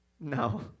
No